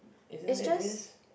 isn't it this